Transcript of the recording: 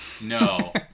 No